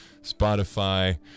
spotify